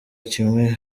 kimwe